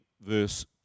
verse